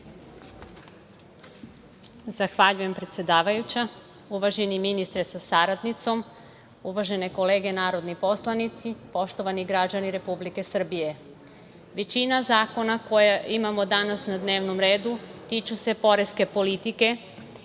Zahvaljujem, predsedavajuća. Uvaženi ministre sa saradnicom, uvažene kolege narodni poslanici, poštovani građani Republike Srbije, većina zakona koje imamo danas na dnevnom redu tiču se poreske politike